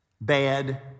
bad